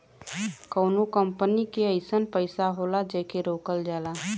कउनो कंपनी के अइसन पइसा होला जेके रोकल जाला